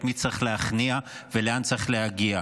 את מי צריך להכניע ולאן צריך להגיע.